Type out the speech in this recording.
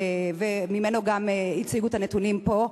וממנו גם הציגו את הנתונים פה,